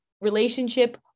relationship